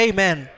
Amen